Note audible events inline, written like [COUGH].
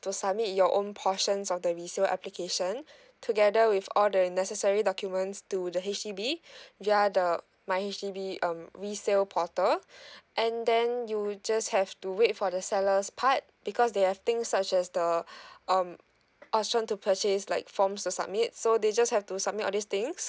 to submit your own portions of the resale application together with all the necessary documents to the H_D_B [BREATH] via the my H_D_B um resale portal [BREATH] and then you just have to wait for the seller's part because they have things such as the [BREATH] um option to purchase like forms to submit so they just have to submit all these things